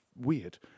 weird